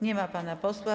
Nie ma pana posła.